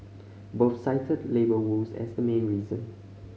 both cited labour woes as the main reason